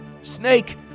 Snake